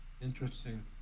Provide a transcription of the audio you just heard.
Interesting